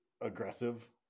aggressive